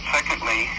Secondly